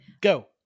go